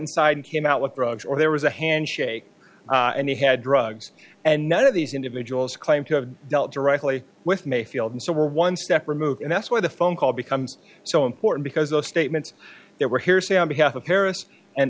inside and came out with drugs or there was a handshake and he had drugs and none of these individuals claim to have dealt directly with mayfield and so we're one step removed and that's where the phone call becomes so important because those statements that were hearsay on behalf of harris and